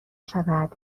شود